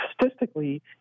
statistically